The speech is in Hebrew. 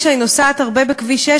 כשאני נוסעת בכביש 6,